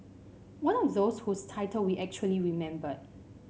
one of those whose title we actually remembered